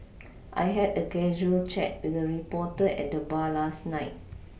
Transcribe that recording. I had a casual chat with a reporter at the bar last night